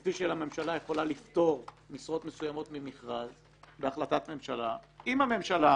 כפי שהממשלה יכולה לפטור משרות מסוימות ממכרז בהחלטת ממשלה - וזאת ממשלה